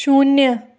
शून्य